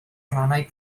rhannau